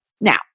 Now